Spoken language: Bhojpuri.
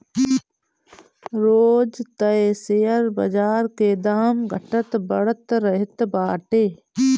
रोज तअ शेयर बाजार के दाम घटत बढ़त रहत बाटे